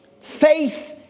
Faith